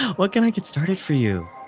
what can i get started for you?